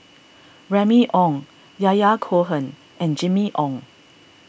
Remy Ong Yahya Cohen and Jimmy Ong